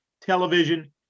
Television